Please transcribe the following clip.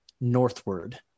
northward